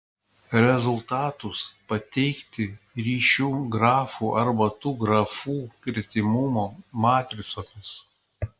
rezultatus pateikti ryšių grafu arba tų grafų gretimumo matricomis